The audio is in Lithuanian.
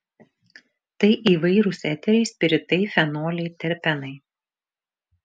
tai įvairūs eteriai spiritai fenoliai terpenai